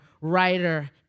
writer